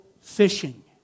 Fishing